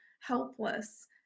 helpless